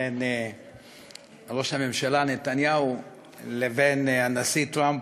בין ראש הממשלה נתניהו לבין הנשיא טראמפ,